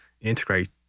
integrate